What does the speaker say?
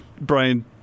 Brian